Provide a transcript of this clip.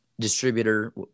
distributor